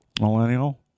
Millennial